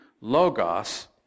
logos